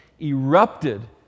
erupted